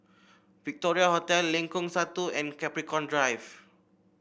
Victoria Hotel Lengkong Satu and Capricorn Drive